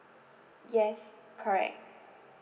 yes correct